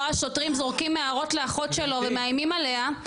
והייתי רואה שוטרים זורקים הערות לאחות שלו ומאיימים עליה.